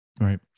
Right